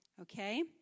Okay